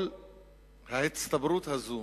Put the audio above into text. כל ההצטברות הזו